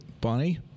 Bonnie